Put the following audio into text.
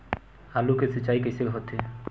आलू के सिंचाई कइसे होथे?